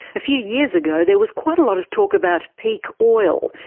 a few years ago there was quite a lot of talk about peak oil,